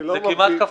זה כמעט כפול.